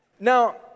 Now